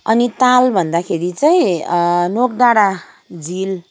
अनि ताल भन्दाखेरि चाहिँ नोक डाँडा झिल